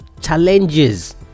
challenges